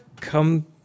come